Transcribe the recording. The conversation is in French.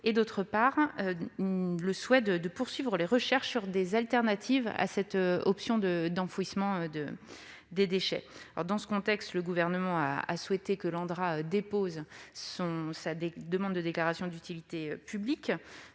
et dans sa réalisation, et les recherches sur des alternatives à cette option d'enfouissement des déchets. Dans ce contexte, le Gouvernement a souhaité que l'Andra dépose une demande de déclaration d'utilité publique.